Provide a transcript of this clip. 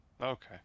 okay